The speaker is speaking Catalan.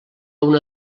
una